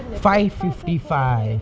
five fifty five